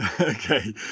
Okay